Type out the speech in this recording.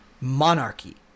monarchy